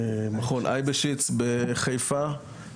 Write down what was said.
מכון אייבשיץ בחיפה,